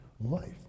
life